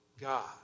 God